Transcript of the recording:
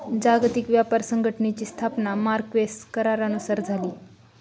जागतिक व्यापार संघटनेची स्थापना मार्क्वेस करारानुसार झाली